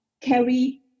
carry